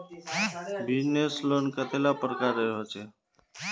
Business loan कतेला प्रकारेर होचे?